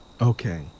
Okay